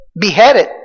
beheaded